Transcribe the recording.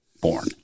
born